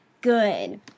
good